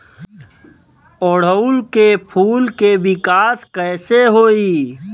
ओड़ुउल के फूल के विकास कैसे होई?